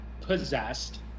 possessed